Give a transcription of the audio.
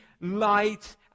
light